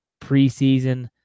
preseason